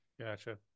Gotcha